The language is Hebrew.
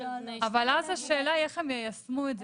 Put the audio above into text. אבל אז השאלה איך הם יישמו את זה.